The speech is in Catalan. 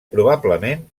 probablement